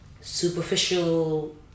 superficial